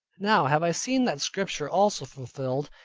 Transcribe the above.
now have i seen that scripture also fulfilled,